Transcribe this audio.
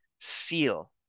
seal